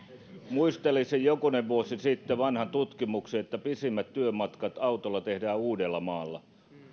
muistelisin jokusen vuoden vanhasta tutkimuksesta että pisimmät työmatkat autolla tehdään uudellamaalla